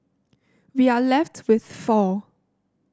we are left with four